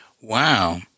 Wow